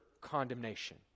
condemnation